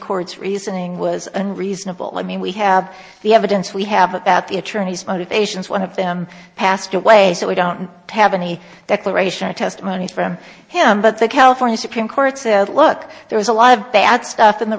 court's reasoning was unreasonable i mean we have the evidence we have about the attorney's motivations one of them passed away so we don't have any declaration of testimonies from him but the california supreme court said look there was a lot of bad stuff in the